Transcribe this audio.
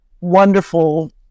wonderful